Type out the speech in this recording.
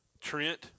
Trent